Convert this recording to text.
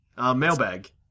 Mailbag